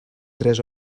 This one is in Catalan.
tres